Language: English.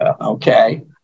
Okay